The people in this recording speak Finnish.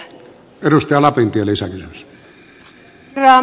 herra puhemies